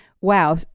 Wow